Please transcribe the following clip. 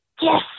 Yes